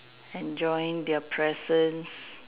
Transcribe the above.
enjoying their presence